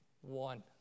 One